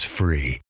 free